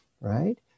right